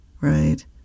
right